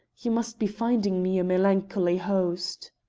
you must be finding me a melancholy host.